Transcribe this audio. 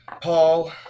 paul